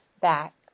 back